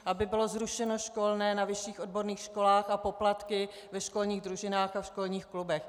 Aby bylo zrušeno školné na vyšších odborných školách a poplatky ve školních družinách a školních klubech.